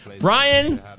Brian